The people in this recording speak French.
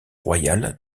royal